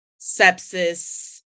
sepsis